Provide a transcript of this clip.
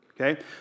Okay